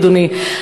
אדוני.